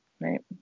right